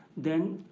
then